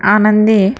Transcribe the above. आनंदी